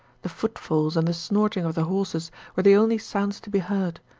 the footfalls and the snorting of the horses were the only sounds to be heard,